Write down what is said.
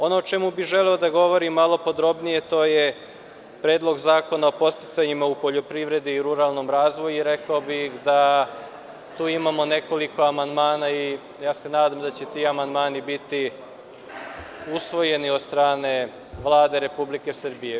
Ono o čemu bi želeo da govorim malo podrobnije to je Predlog zakona o podsticajima u poljoprivredi i ruralnom razvoju i rekao bih da tu imamo nekoliko amandmana i ja se nadam da će ti amandmani biti usvojeni od strane Vlade Republike Srbije.